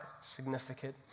significant